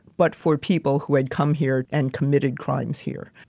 but for people who had come here and committed crimes here.